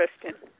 Kristen